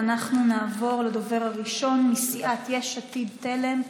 אנחנו נעבור לדובר הראשון מסיעת יש עתיד-תל"ם,